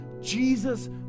Jesus